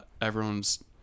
Everyone's